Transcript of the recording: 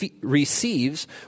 receives